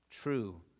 True